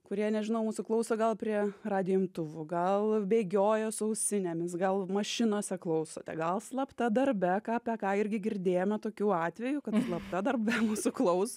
kurie nežinau mūsų klauso gal prie radijo imtuvų gal bėgioja su ausinėmis gal mašinose klausote gal slapta darbe ką apie ką irgi girdėjome tokių atvejų kad slapta darbe mūsų klauso